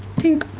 tink.